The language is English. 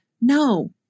No